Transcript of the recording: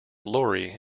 lori